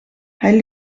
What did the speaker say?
hij